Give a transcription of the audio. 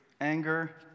anger